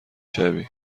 شوی